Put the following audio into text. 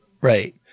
Right